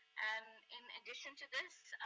and in addition to this,